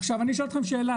עכשיו אני שואל אתכם שאלה,